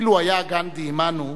אילו היה גנדי עמנו,